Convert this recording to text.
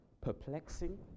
Perplexing